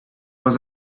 was